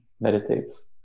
meditates